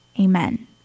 amen